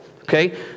okay